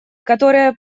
которые